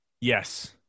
Yes